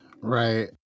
Right